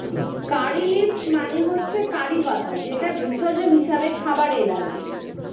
কারী leaves মানে হচ্ছে curry পাতা যেটা ভেষজ হিসেবে খাবারে লাগে